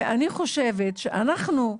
ואני חושבת שאנחנו,